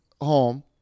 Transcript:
home